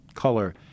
Color